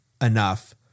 enough